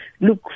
look